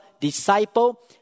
disciple